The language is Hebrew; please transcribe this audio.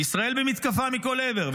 ישראל במתקפה מכל עבר,